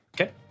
Okay